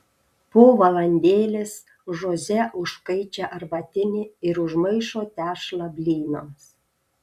po valandėlės žoze užkaičia arbatinį ir užmaišo tešlą blynams